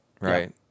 right